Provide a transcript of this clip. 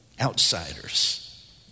outsiders